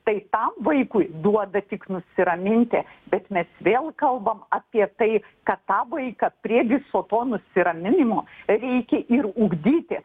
tai tam vaikui duoda tik nusiraminti bet mes vėl kalbam apie tai kad tą vaiką prie viso to nusiraminimo reikia ir ugdyti